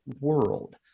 world